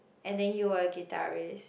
and then you are a guitarist